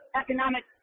economic